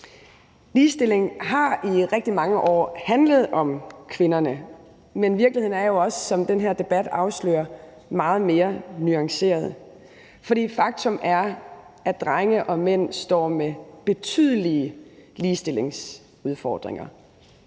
Ligestilling har i rigtig mange og handlet om kvinderne, men virkeligheden er jo også, som den her debat afslører, meget mere nuanceret, for faktum er, at drenge og mænd står med betydelige ligestillingsudfordringer